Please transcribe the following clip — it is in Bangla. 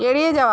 এড়িয়ে যাওয়া